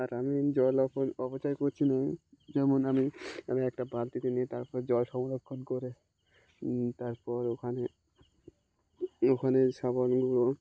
আর আমি জল অপ অপচয় করছি না যেমন আমি আমি একটা বালতিতে নিয়ে তারপর জল সংরক্ষণ করে তারপর ওখানে ওখানে সাবান গুঁড়ো